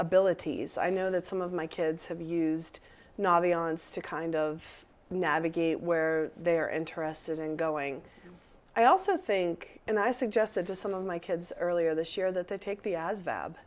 abilities i know that some of my kids have used navi ons to kind of navigate where they're interested in going i also think and i suggested to some of my kids earlier this year that they take the as